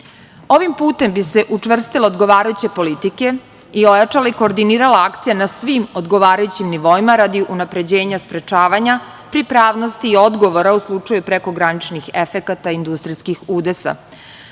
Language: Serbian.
putem bi se učvrstile odgovarajuće politike i ojačala i koordinirala akcija na svim odgovarajućim nivoima, radi unapređenja sprečavanja, pripravnosti i odgovora u slučaju prekograničnih efekata industrijskih